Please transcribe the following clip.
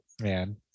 Man